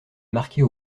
marquées